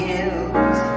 Hills